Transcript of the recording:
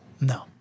No